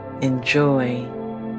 Enjoy